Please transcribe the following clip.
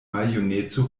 maljuneco